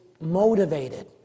motivated